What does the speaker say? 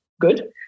good